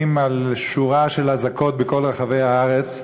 על שורה של אזעקות בכל רחבי הארץ.